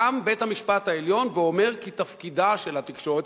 קם בית-המשפט העליון ואומר כי תפקידה של התקשורת,